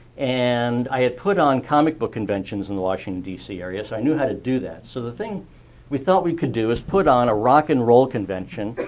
and i had put on comic book conventions in the washington d c. area, so i knew how to do that. so the thing we thought we could do is put on a rock n and roll convention.